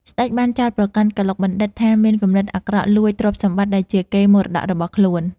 ស្តេចបានចោទប្រកាន់កឡុកបណ្ឌិតថាមានគំនិតអាក្រក់ លួចទ្រព្យសម្បត្តិដែលជាកេរ្តិ៍មរតករបស់ខ្លួន។